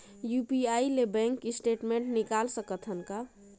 UPI ले bank statement निकाल सकत हवं का?